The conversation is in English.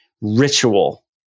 ritual